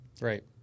Right